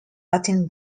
latin